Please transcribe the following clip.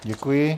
Děkuji.